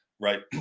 right